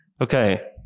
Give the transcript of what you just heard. Okay